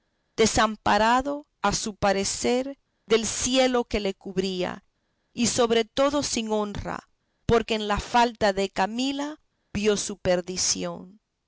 desamparado a su parecer del cielo que le cubría y sobre todo sin honra porque en la falta de camila vio su perdición